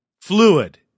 fluid